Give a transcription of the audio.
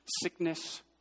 sickness